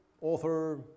author